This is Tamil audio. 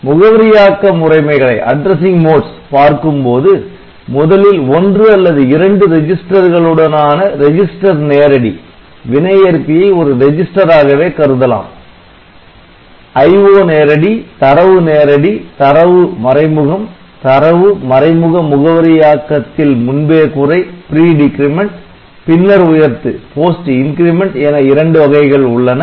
முகவரியாக்க முறைமைகளை பார்க்கும் போது முதலில் ஒன்று அல்லது இரண்டு ரெஜிஸ்டர்களுடனான ரெஜிஸ்டர் நேரடி வினை ஏற்பியை ஒரு ரெஜிஸ்டர் ஆகவே கருதலாம் IO நேரடி தரவு நேரடி தரவு மறைமுகம் தரவு மறைமுக முகவரியாக்கத்தில் முன்பே குறை பின்னர் உயர்த்து என இரண்டு வகைகள் உள்ளன